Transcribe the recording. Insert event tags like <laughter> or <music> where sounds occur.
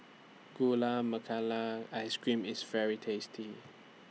Gula <unintelligible> Ice Cream IS very tasty